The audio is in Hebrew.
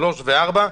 שלוש וארבע,